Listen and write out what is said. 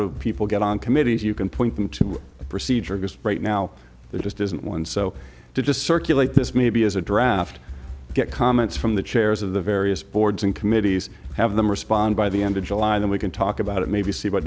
do people get on committees you can point them to a procedure because right now there just isn't one so to just circulate this maybe as a draft get comments from the chairs of the various boards and committees have them respond by the end of july then we can talk about it maybe see about